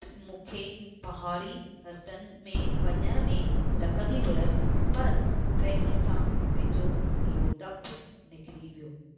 मूंखे पहाड़ी रस्तनि में वञण में ॾकंदी हुअसि पर ट्रेकिंग सां मुंहिंजो इहो डपु निकिरी वियो